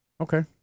Okay